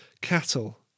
cattle